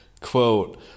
quote